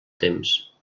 temps